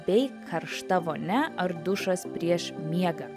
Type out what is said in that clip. bei karšta vonia ar dušas prieš miegą